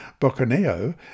Bocaneo